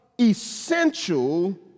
essential